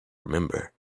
remember